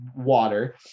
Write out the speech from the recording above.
water